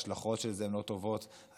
ההשלכות של זה הן לא טובות לציבור,